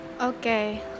Okay